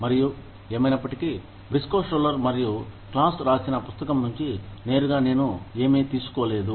మరియు ఏమైనప్పటికీ Briscoe Schuler మరియు క్లాస్ రాసిన పుస్తకం నుంచి నేరుగా నేను ఏమీ తీసుకోలేదు